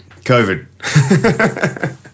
COVID